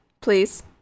please